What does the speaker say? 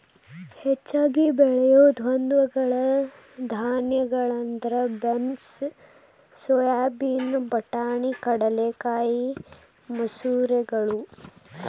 ಹೆಚ್ಚಾಗಿ ಬೆಳಿಯೋ ದ್ವಿದಳ ಧಾನ್ಯಗಳಂದ್ರ ಬೇನ್ಸ್, ಸೋಯಾಬೇನ್, ಬಟಾಣಿ, ಕಡಲೆಕಾಯಿ, ಮಸೂರಗಳು